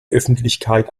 öffentlichkeit